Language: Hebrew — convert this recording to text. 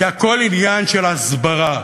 כי הכול עניין של הסברה.